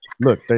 look